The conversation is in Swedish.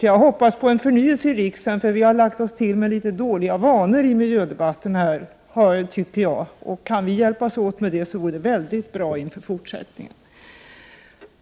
Jag hoppas på en förnyelse i riksdagen, för vi har lagt oss till med litet dåliga vanor i miljödebatten här, tycker jag. Kan vi hjälpas åt med en ändring vore det väldigt bra inför fortsättningen.